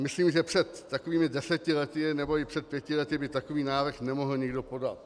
Myslím, že před takovými deseti lety nebo i před pěti lety by takový návrh nemohl nikdo podat.